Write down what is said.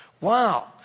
Wow